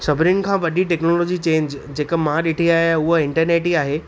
सभिनीनि खां वॾी टैक्नोलॉजी चेंज जेका मां ॾिठी आहे उहा इंटरनेट ई आहे